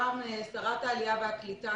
שרת העלייה והקליטה,